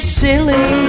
silly